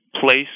place